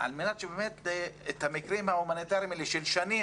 על מנת שאת המקרים ההומניטריים האלה שנמשכים שנים